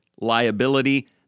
liability